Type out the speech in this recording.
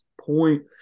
point